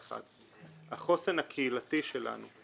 לגבי החוסן הקהילתי שלנו.